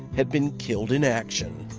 had been killed in action.